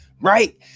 right